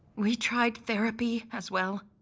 we tried therapy as well